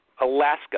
Alaska